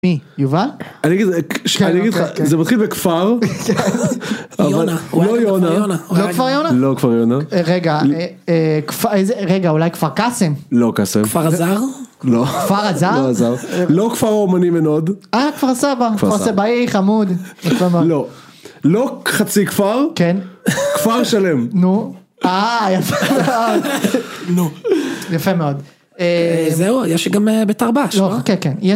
מי? יובל? אני אגיד לך, זה מתחיל בכפר, אבל לא יונה. לא כפר יונה? לא כפר יונה. רגע, איזה, רגע, אולי כפר קאסם? לא קאסם. כפר עזר? לא. כפר עזר? לא עזר. לא כפר האומנים עין הוד. אה, כפר סבא. כפר סבאי חמוד. לא. לא חצי כפר. כן. כפר שלם. נו. אה, יפה מאוד. נו. יפה מאוד. זהו, יש גם בית"ר ב"ש, לא? כן, כן.